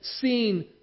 seen